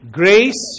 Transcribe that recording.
grace